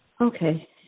okay